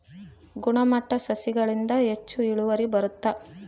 ಗುಣಮಟ್ಟ ಸಸಿಗಳಿಂದ ಹೆಚ್ಚು ಇಳುವರಿ ಬರುತ್ತಾ?